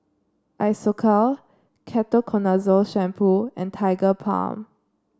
Isocal Ketoconazole Shampoo and Tigerbalm